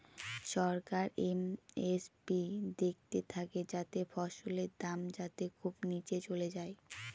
সরকার MSP দেখতে থাকে যাতে ফসলের দাম যাতে খুব নীচে চলে যায়